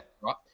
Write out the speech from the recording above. right